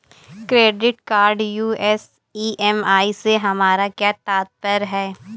Credit card US EMI से हमारा क्या तात्पर्य है?